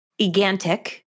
Egantic